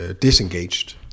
disengaged